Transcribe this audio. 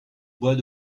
boit